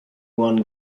one